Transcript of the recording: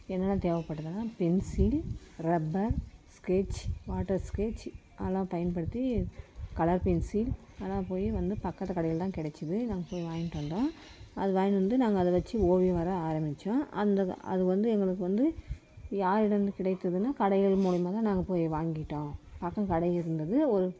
என்னென்ன தேவைப்படுதுனா pencil rubber sketch water sketch அதெலாம் பயன்படுத்தி கலர் பென்சில் அதெலாம் போய் வந்து பக்கத்து கடையில் தான் கிடைச்சிது நாங்கள் போய் வாங்கிட்டு வந்தோம் அதை வாங்கின்னு வந்து நாங்கள் அதை வெச்சு ஓவியம் வரைய ஆரம்மித்தோம் அந்தது அது வந்து எங்களுக்கு வந்து யார் இடமிருந்து கிடைத்ததுன்னு கடைகள் மூலயிமா தான் நாங்கள் போய் வாங்கிட்டோம் பக்கம் கடை இருந்தது ஒரு